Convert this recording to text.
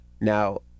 Now